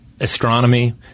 astronomy